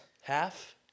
half